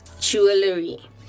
jewelry